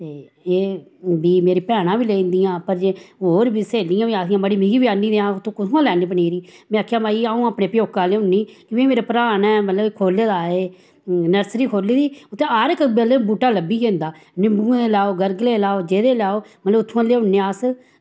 ते एह् बीऽ मेरी भैनां बी लेऔंदियां होर बी स्हेलियां बी आखदियां मड़ी मिगी आह्न्नी देआं तूं कुत्थुआं लैन्नी पनीरी मैं आखेआ भाई अऊं अपने प्योकेआ लेऔनी मेरै भ्राऽ नै मतलव खोह्ल्ले दा एह् नर्सरी खोह्ल्ली दी उत्थें हर इक मतलव बूह्टा सब्भी जंदा निम्बुएं लैओ गरगलें लैओ जेह्दे लैओ मतलव उत्थुआं लेऔने अस